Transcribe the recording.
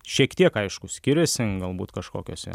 šiek tiek aišku skiriasi galbūt kažkokiuose